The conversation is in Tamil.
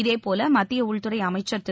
இதேபோல மத்திய உள்துறை அமைச்சர் திரு